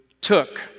took